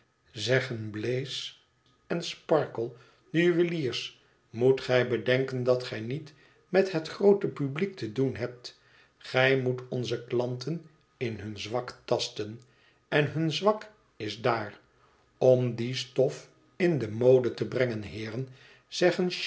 zeggen blaze en sparkle de juweliers moet gij bedenken dat gij niet met het groote publiek te doen hebt gij moet onze klanten in hun zwak tasten en hun zwak is daar om die stof in de mode te brengen heeren zeggen